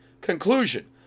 conclusion